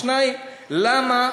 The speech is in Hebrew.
2. למה